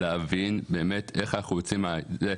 ולהבין איך אנחנו יוצאים מזה.